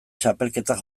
txapelketak